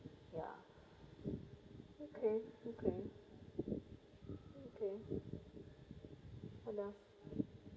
ya okay okay okay what else